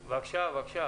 בבקשה, בבקשה.